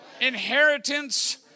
inheritance